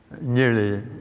nearly